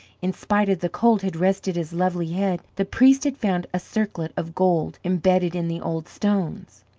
in spite of the cold, had rested his lovely head, the priest had found a circlet of gold imbedded in the old stones.